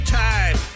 time